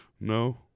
No